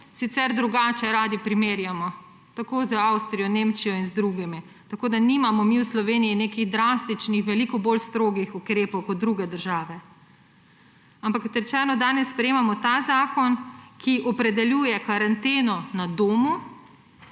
sicer drugače radi primerjamo; tako z Avstrijo, Nemčijo in z drugimi. Tako da nimamo mi v Sloveniji nekih drastičnih, veliko bolj strogih ukrepov kot druge države. Ampak, kot rečeno, danes sprejemamo ta zakon, ki opredeljuje karanteno na domu.